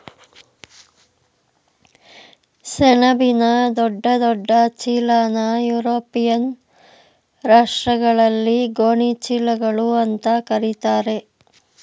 ಸೆಣಬಿನ ದೊಡ್ಡ ದೊಡ್ಡ ಚೀಲನಾ ಯುರೋಪಿಯನ್ ರಾಷ್ಟ್ರಗಳಲ್ಲಿ ಗೋಣಿ ಚೀಲಗಳು ಅಂತಾ ಕರೀತಾರೆ